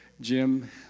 Jim